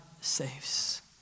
saves